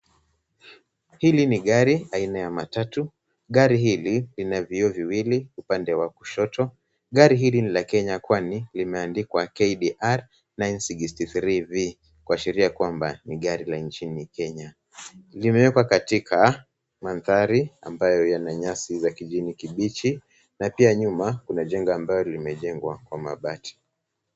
Hili ni gari, aina ya matatu. Gari hili, lina vioo viwili ,upande wa kushoto. Gari hili ni la Kenya kwani, limeandikwa KDR 963V , kuashiria kwamba ni gari la nchini Kenya. Limewekwa katika manthari ambayo yana nyasi za kijani kibichi, na pia nyuma, kunajengo ambayo limejengwa kwa mabati.